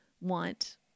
want